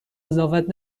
قضاوت